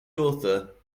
author